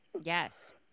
Yes